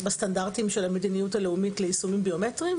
בסטנדרטים של המדיניות הלאומית ליישומים ביומטריים?